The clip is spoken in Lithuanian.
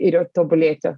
ir jau tobulėti